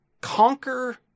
Conquer